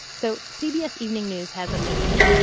so cbs evening news has a theme,